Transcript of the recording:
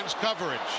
coverage